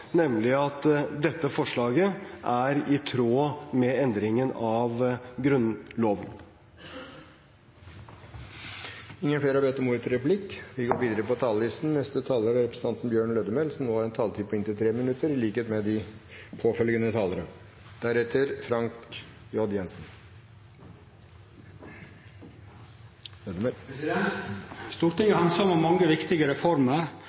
nemlig at dette forslaget er i tråd med endringen av Grunnloven. Replikkordskiftet er omme. De talere som heretter får ordet, har en taletid på inntil 3 minutter. Stortinget handsamar mange viktige reformer,